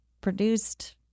produced